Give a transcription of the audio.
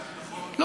אגב,